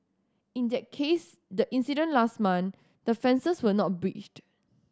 in that case the incident last month the fences were not breached